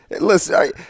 Listen